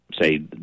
say